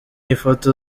ifoto